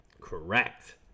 Correct